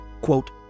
quote